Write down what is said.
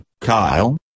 Kyle